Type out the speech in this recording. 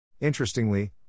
Interestingly